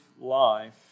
life